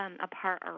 apart